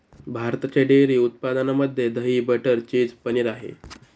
भारताच्या डेअरी उत्पादनामध्ये दही, बटर, चीज, पनीर आहे